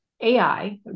AI